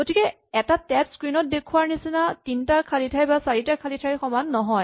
গতিকে এটা tab screen ত দেখুওৱাৰ নিচিনা তিনিটা খালী ঠাই বা চাৰিটা খালী ঠাইৰ সমান নহয়